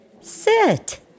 Sit